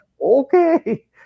Okay